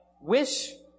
wish